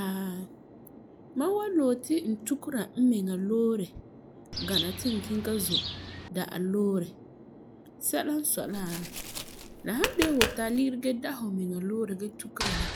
Aa mam wan loe ti n tukera n miŋa loore gana n kiŋɛ ka zom da'a loore sɛla n sɔi la, la san de la fu tari ligeri gee da fumiŋa loore gee tukera ,la